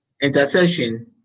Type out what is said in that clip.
Intercession